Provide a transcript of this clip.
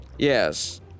Yes